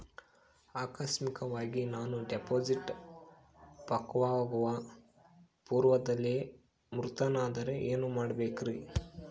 ಆಕಸ್ಮಿಕವಾಗಿ ನಾನು ಡಿಪಾಸಿಟ್ ಪಕ್ವವಾಗುವ ಪೂರ್ವದಲ್ಲಿಯೇ ಮೃತನಾದರೆ ಏನು ಮಾಡಬೇಕ್ರಿ?